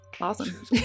Awesome